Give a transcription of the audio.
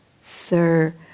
Sir